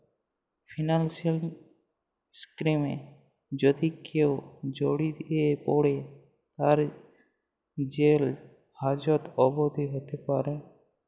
financial ক্রাইমে যদি কেউ জড়িয়ে পরে, তার জেল হাজত অবদি হ্যতে প্যরে